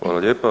Hvala lijepa.